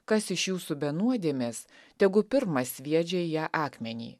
kas iš jūsų be nuodėmės tegu pirmas sviedžia į ją akmenį